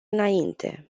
înainte